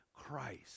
Christ